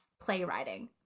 playwriting